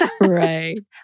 Right